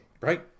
Right